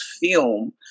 film